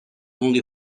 only